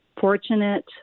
fortunate